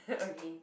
okay